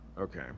Okay